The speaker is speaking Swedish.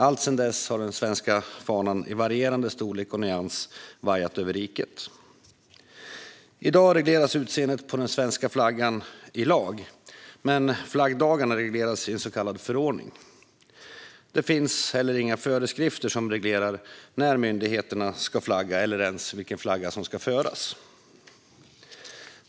Alltsedan dess har den svenska fanan i varierande storlek och nyans vajat över riket. I dag regleras utseendet på svenska flaggan i lag, men flaggdagarna regleras i en så kallad förordning. Det finns heller inga föreskrifter som reglerar när myndigheterna ska flagga eller ens vilken flagga som ska föras.